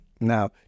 Now